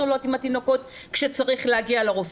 עולות עם התינוקות כשצריך להגיע לרופא,